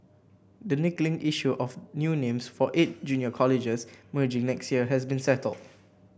the niggling issue of new names for eight junior colleges merging next year has been settled